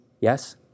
Yes